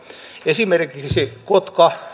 esimerkiksi kotkan